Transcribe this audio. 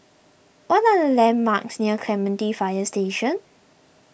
what are the landmarks near Clementi Fire Station